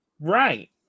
Right